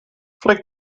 flick